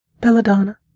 Belladonna